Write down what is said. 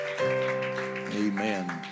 Amen